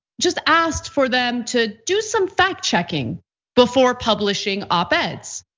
just asked for them to do some fact checking before publishing op-eds.